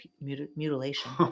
mutilation